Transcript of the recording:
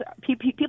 people